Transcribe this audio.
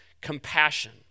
compassion